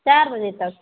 चार बजे तक